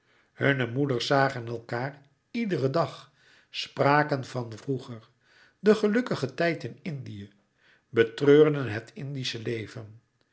hunne moeders zagen elkaâr iederen dag spraken van vroeger den gelukkigen tijd in louis couperus metamorfoze indië betreurden het indische leven